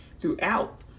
throughout